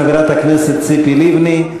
חברת הכנסת ציפי לבני.